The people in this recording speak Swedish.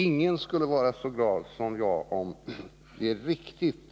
Ingen skulle vara så glad som jag, om det är riktigt